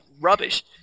rubbish